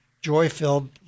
joy-filled